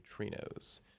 neutrinos